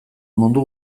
mundu